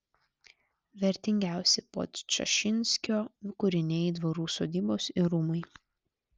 vertingiausi podčašinskio kūriniai dvarų sodybos ir rūmai